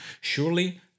Surely